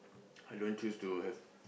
I don't choose to have